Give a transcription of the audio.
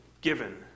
given